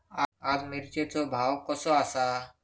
आज मिरचेचो भाव कसो आसा?